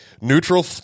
neutral